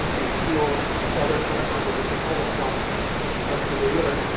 they steal all their credit-card numbers. they call them dumps that's the name of it.